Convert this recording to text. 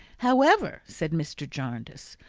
however, said mr. jarndyce,